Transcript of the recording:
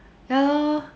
ya lor